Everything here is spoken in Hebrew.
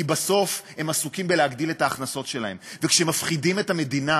כי בסוף הם עסוקים בהגדלת ההכנסות שלהם ומפחידים את המדינה